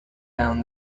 down